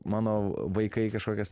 mano vaikai kažkokias